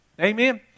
Amen